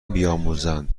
بیاموزند